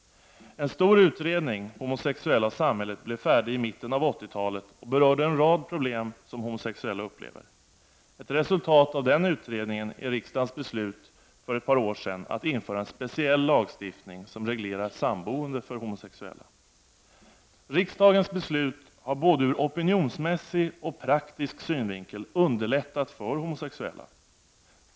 En stor utredning ”Homosexuella och samhället” blev färdig i mitten av 80-talet och berörde en rad problem som homosexuella upplever. Ett resultat av denna utredning är riksdagens beslut för ett par år sedan att införa en speciell lagstiftning som reglerar samboende för homosexuella. Riksdagens beslut har både ur opinionsmässig och praktisk synvinkel underlättat för homosexuella.